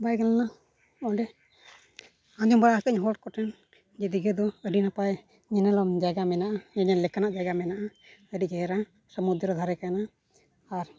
ᱵᱟᱭ ᱜᱟᱱ ᱞᱮᱱᱟ ᱚᱸᱰᱮ ᱟᱸᱡᱚᱢ ᱵᱟᱲᱟ ᱦᱟᱠᱟᱫᱟᱹᱧ ᱦᱚᱲ ᱠᱚᱴᱷᱮᱱ ᱡᱮ ᱫᱤᱜᱷᱟᱹ ᱫᱚ ᱟᱹᱰᱤᱱᱟᱯᱟᱭ ᱧᱮᱱᱮᱞᱚᱢ ᱡᱟᱭᱜᱟ ᱢᱮᱱᱟᱜᱼᱟ ᱧᱮᱧᱮᱞ ᱞᱮᱠᱟᱱᱟᱜ ᱡᱟᱭᱜᱟ ᱢᱮᱱᱟᱜᱼᱟ ᱟᱹᱰᱤ ᱪᱮᱦᱨᱟ ᱥᱚᱢᱩᱫᱨᱚ ᱫᱷᱟᱨᱮ ᱠᱟᱱᱟ ᱟᱨ